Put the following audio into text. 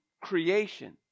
creation